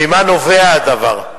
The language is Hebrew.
ממה נובע הדבר?